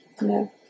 No